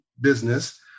business